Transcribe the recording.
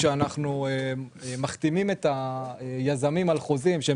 כשאנחנו מחתימים את היזמים על חוזים שהם